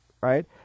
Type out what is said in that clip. right